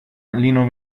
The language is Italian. lino